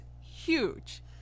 huge